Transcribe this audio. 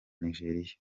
nigeria